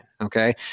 Okay